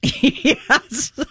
Yes